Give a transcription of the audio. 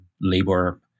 labor